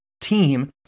team